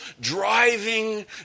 driving